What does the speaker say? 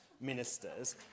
ministers